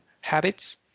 habits